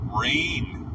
Rain